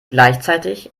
gleichzeitig